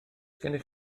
gennych